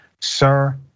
Sir